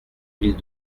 mille